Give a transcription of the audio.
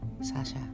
Sasha